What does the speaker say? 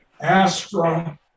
Astra